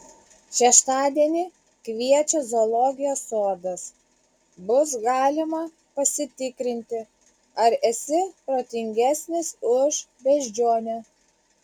šeštadienį kviečia zoologijos sodas bus galima pasitikrinti ar esi protingesnis už beždžionę